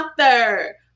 author